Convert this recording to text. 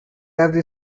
every